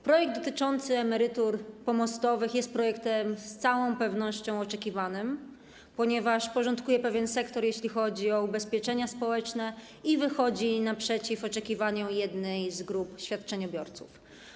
Projekt dotyczący emerytur pomostowych jest projektem z całą pewnością oczekiwanym, ponieważ porządkuje pewien sektor, jeśli chodzi o ubezpieczenia społeczne, i wychodzi naprzeciw oczekiwaniom jednej z grup świadczeniobiorców.